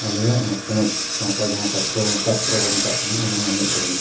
ᱟᱞᱮᱭᱟᱜ ᱚᱱᱟ ᱥᱚᱢᱟᱡᱽ ᱥᱟᱶᱛᱟ ᱡᱟᱦᱟᱸ ᱥᱟᱛᱨᱚ ᱥᱟᱥᱛᱨᱚᱵᱚᱱ ᱢᱮᱛᱟᱜ ᱠᱟᱱᱟ ᱚᱱᱮ ᱚᱱᱟ ᱮᱱᱮᱡ ᱥᱮᱨᱮᱧ